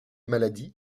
maladies